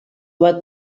bat